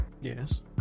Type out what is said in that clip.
Yes